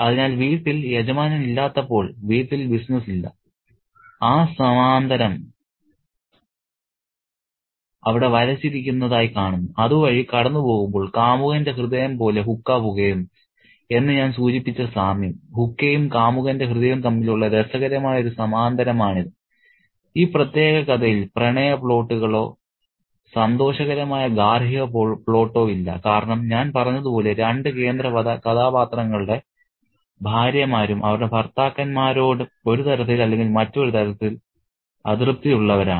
അതിനാൽ വീട്ടിൽ യജമാനനില്ലാത്തപ്പോൾ വീട്ടിൽ ബിസിനസ്സ് ഇല്ല ആ സമാന്തരം അവിടെ വരച്ചിരിക്കുന്നതായി കാണുന്നു അതുവഴി കടന്നുപോകുമ്പോൾ കാമുകന്റെ ഹൃദയം പോലെ ഹുക്ക പുകയുന്നു എന്ന് ഞാൻ സൂചിപ്പിച്ച സാമ്യം ഹുക്കയും കാമുകന്റെ ഹൃദയവും തമ്മിലുള്ള രസകരമായ ഒരു സമാന്തരമാണിത് ഈ പ്രത്യേക കഥയിൽ പ്രണയ പ്ലോട്ടുകളോ സന്തോഷകരമായ ഗാർഹിക പ്ലോട്ടോ ഇല്ല കാരണം ഞാൻ പറഞ്ഞതുപോലെ രണ്ട് കേന്ദ്രകഥാപാത്രങ്ങളുടെ ഭാര്യമാരും അവരുടെ ഭർത്താക്കന്മാരോട് ഒരു തരത്തിൽ അല്ലെങ്കിൽ മറ്റൊരു തരത്തിൽ അതൃപ്തിയുള്ളവരാണ്